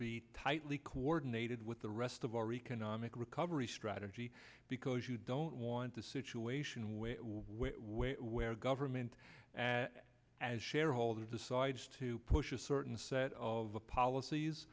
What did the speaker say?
be tightly coordinated with the rest of our economic recovery strategy because you don't want a situation where where where government as shareholders decides to push a certain set of policies